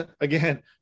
Again